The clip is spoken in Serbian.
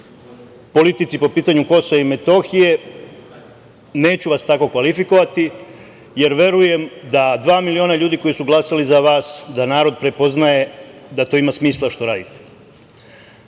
politici po pitanju KiM, neću vas tako kvalifikovati, jer verujem da dva miliona ljudi koji su glasali za vas da narod prepoznaje da to ima smisla što